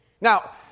Now